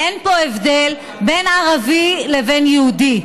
אין פה הבדל בין ערבי לבין יהודי,